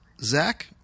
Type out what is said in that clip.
Zach